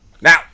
Now